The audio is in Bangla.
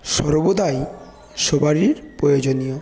সর্বদাই সবারই প্রয়োজনীয়